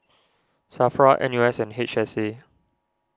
Safra N U S and H S A